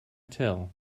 tell